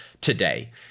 today